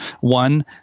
One